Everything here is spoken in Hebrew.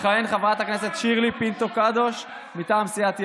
תכהן חברת הכנסת שירלי פינטו קדוש מטעם סיעת ימינה,